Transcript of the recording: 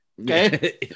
Okay